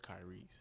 Kyrie's